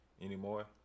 anymore